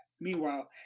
meanwhile